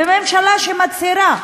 וממשלה שמצהירה